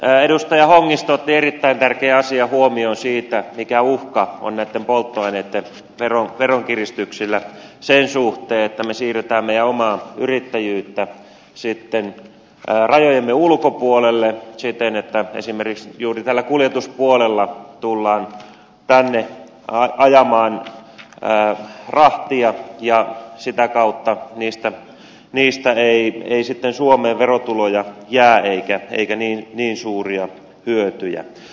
edustaja hongisto otti sen erittäin tärkeän asian huomioon mikä uhka on näitten polttoaineitten veronkiristyksillä sen suhteen että me siirrämme omaa yrittäjyyttä rajojemme ulkopuolelle siten että esimerkiksi juuri tällä kuljetuspuolella tullaan tänne ajamaan rahtia ja sitä kautta niistä ei suomeen verotuloja jää eikä niin suuria hyötyjä